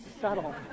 subtle